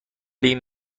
این